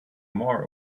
more